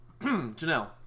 Janelle